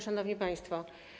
Szanowni Państwo!